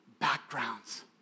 backgrounds